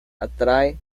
atrae